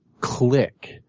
click